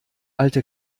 alte